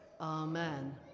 Amen